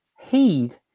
heed